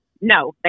no